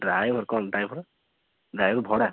driver କଣ driver ଭଡ଼ା